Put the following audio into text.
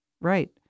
Right